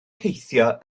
teithio